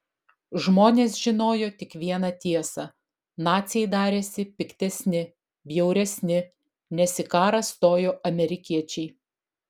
žmonės žinojo tik vieną tiesą naciai darėsi piktesni bjauresni nes į karą stojo amerikiečiai